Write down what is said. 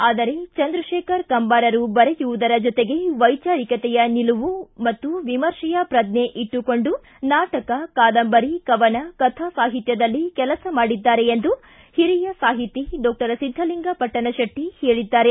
ಆದರೆ ಚಂದ್ರಶೇಖರ್ ಕಂಬಾರರು ಬರೆಯುವುದರ ಜೊತೆಗೆ ವೈಚಾರಿಕತೆಯ ನಿಲುವು ಮತ್ತು ವಿಮರ್ಶೆಯ ಪ್ರಜ್ಞೆ ಇಟ್ಟುಕೊಂಡು ನಾಟಕ ಕಾದಂಬರಿ ಕವನ ಕಥಾ ಸಾಹಿತ್ಯದಲ್ಲಿ ಕೆಲಸ ಮಾಡಿದ್ದಾರೆ ಎಂದು ಹಿರಿಯ ಸಾಹಿತಿ ಡಾಕ್ಟರ್ ಸಿದ್ದಲಿಂಗ ಪಟ್ಟಣಶೆಟ್ಟಿ ಹೇಳಿದ್ದಾರೆ